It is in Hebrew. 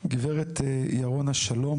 גברת ירונה, שלום.